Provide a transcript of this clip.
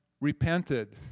repented